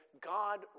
God